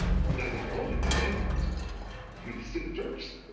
who doesn't own the land yet, i mean, it's still the turks,